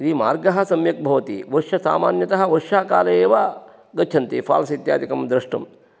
यदि मार्गः सम्यक् भवति वर्षसामान्यतः वर्षाकाले एव गच्छन्ति फ़ाल्स् इत्यादिकं द्रष्टुं